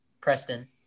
Preston